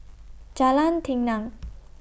Jalan Tenang